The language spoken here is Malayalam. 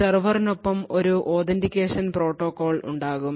സെർവറിനൊപ്പം ഒരു authentication പ്രോട്ടോക്കോൾ ഉണ്ടാകും